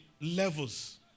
levels